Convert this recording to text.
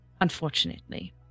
Unfortunately